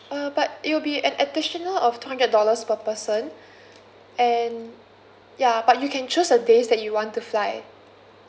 uh but it'll be an additional of two hundred dollars per person and ya but you can choose the days that you want to fly